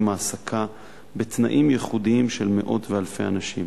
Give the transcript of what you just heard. העסקה בתנאים ייחודיים של מאות ואלפי אנשים.